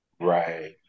Right